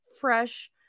fresh